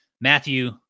Matthew